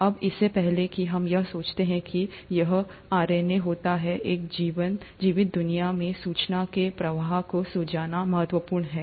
अब इससे पहले कि हम यह सोचते हैं कि यह आरएनए होता एक जीवित दुनिया में सूचना के प्रवाह को समझना महत्वपूर्ण है